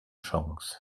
chance